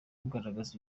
kugaragaza